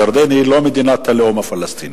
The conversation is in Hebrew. ירדן היא לא מדינת הלאום הפלסטיני.